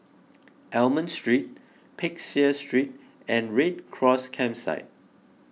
Almond Street Peck Seah Street and Red Cross Campsite